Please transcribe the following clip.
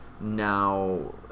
now